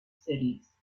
cities